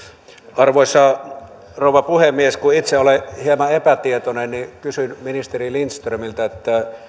arvoisa rouva puhemies kun itse olen hieman epätietoinen niin kysyn ministeri lindströmiltä